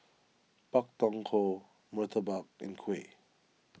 Pak Thong Ko Murtabak and Kuih